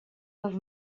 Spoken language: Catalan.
dels